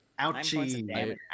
ouchie